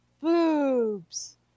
boobs